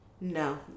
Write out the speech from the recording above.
no